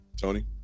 Tony